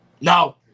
No